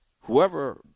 whoever